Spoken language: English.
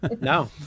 No